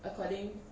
according